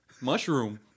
mushroom